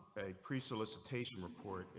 a pre solicitation report,